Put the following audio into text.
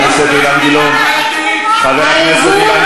את מיתממת, חבר הכנסת אילן